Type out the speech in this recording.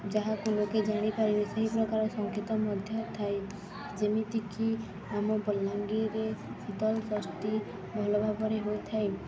ଯାହାକୁ ଲୋକେ ଜାଣିପାରିବେ ସେହି ପ୍ରକାର ସଙ୍ଗୀତ ମଧ୍ୟ ଥାଏ ଯେମିତିକି ଆମ ବଲାଙ୍ଗୀରରେ ଶୀତଳଷଷ୍ଠୀ ଭଲଭାବରେ ହୋଇଥାଏ